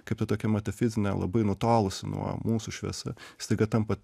kaip ta tokia metafizinė labai nutolusi nuo mūsų šviesa staiga tampa